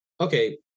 okay